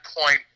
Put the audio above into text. point